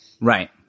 Right